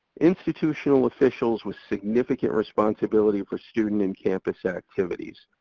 institutional officials with significant responsibility for student and campus activities.